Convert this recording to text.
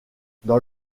dans